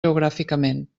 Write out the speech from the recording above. geogràficament